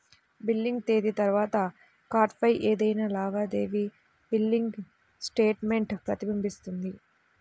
billing తేదీ తర్వాత కార్డ్పై ఏదైనా లావాదేవీ బిల్లింగ్ స్టేట్మెంట్ ప్రతిబింబిస్తుంది